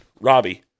Robbie